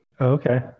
Okay